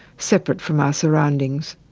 separate from our surroundings.